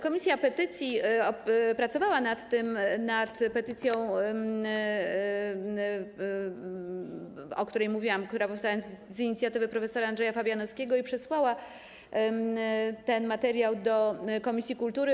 Komisja petycji pracowała nad petycją, o której mówiłam, która powstała z inicjatywy prof. Andrzeja Fabianowskiego, i przesłała ten materiał do komisji kultury.